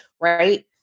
right